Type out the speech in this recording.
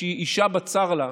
כשאישה, בצר לה,